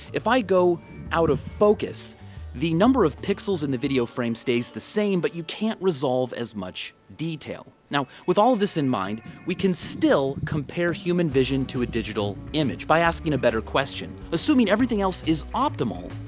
if i go out-of-focus the number of pixels in the video frame stays the same but you can't resolve as much detail. now, with all this in mind we can still compare human vision to a digital image, by asking a better question. assuming everything else is optimal,